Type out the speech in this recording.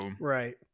right